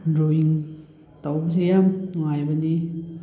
drawing ꯇꯧꯕꯁꯦ ꯌꯥꯝ ꯅꯨꯡꯉꯥꯏꯕꯅꯤ